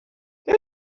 they